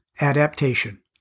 adaptation